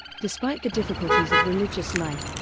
despite the difficulties of religious life,